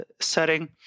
setting